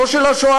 לא של השואה,